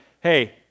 hey